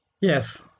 Yes